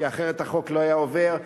כי אחרת החוק לא היה עובר.